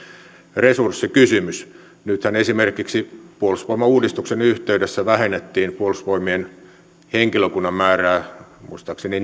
resurssikysymys nythän esimerkiksi puolustusvoimauudistuksen yhteydessä vähennettiin puolustusvoimien henkilökunnan määrää muistaakseni